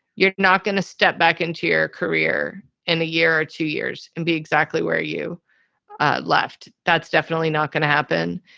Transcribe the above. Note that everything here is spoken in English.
you're not going to step back into your career in a year or two years and be exactly where you left. that's definitely not going to happen.